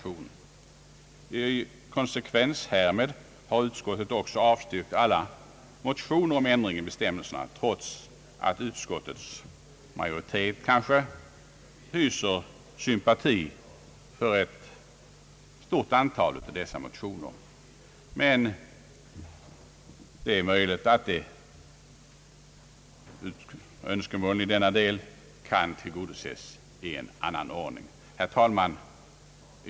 I konsekvens härmed har utskottet också avstyrkt alla motioner om ändringar i bestämmelserna, trots att utskottets majoritet kanske hyser sympati för ett stort antal av dessa motioner. Men det är möjligt att önskemålen i denna del kan tillgodoses i annan ordning. Herr talman!